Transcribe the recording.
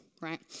right